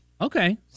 Okay